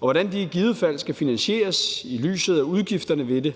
og hvordan det i givet fald skal finansieres i lyset af udgifterne ved det.